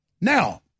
Now